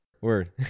Word